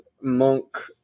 monk